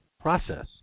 process